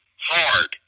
hard